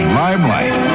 limelight